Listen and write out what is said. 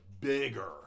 bigger